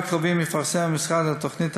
בחודשיים הקרובים יפרסם המשרד את התוכנית